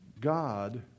God